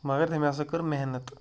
مگر تٔمۍ ہَسا کٔر محنت